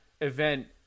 event